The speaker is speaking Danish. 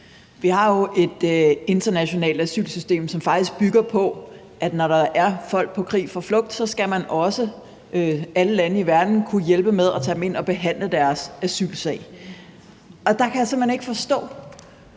Vi har jo et internationalt asylsystem, som faktisk bygger på, at når der er folk på flugt fra krig, skal man fra alle lande i verden også kunne hjælpe med at tage dem ind og behandle deres asylsag. Der kan jeg simpelt hen ikke forstå,